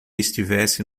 estivesse